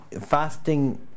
fasting